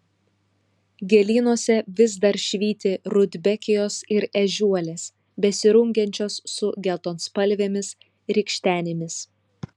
gėlynuose vis dar švyti rudbekijos ir ežiuolės besirungiančios su geltonspalvėmis rykštenėmis